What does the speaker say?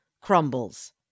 crumbles